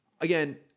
again